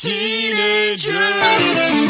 Teenagers